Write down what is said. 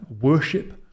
worship